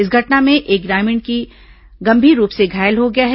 इस घटना में एक ग्रामीण भी गंभीर रूप से घायल हो गया है